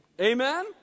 Amen